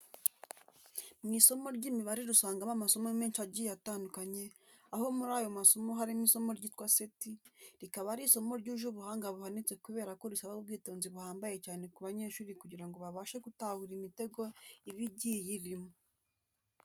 Mu isomo ry'Imibare dusangamo amasomo menshi agiye atandukanye aho muri ayo masomo harimo isomo ryitwa seti, rikaba ari isomo ryuje ubuhanga buhanitse kubera ko risaba ubwitonzi buhambaye cyane ku banyeshuri kugira ngo babashe gutahura imitego iba igiye irimo.